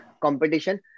competition